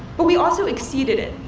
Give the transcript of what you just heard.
but we also exceeded it,